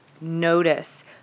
Notice